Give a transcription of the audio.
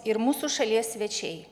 ir mūsų šalies svečiai